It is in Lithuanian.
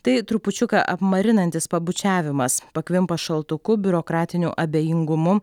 tai trupučiuką apmarinantis pabučiavimas pakvimpa šaltuku biurokratiniu abejingumu